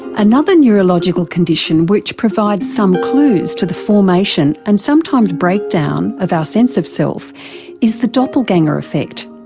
another neurological condition which provides some clues to the formation and sometimes breakdown of our sense of self is the doppelganger effect.